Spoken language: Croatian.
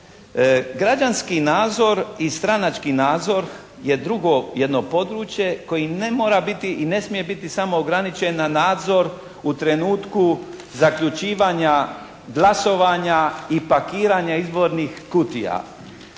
Građanski nadzor i stranački nadzor je drugo jedno područje koji ne mora biti i ne smije biti samo ograničen na nadzor u trenutku zaključivanja glasovanja i pakiranje izbornih kutija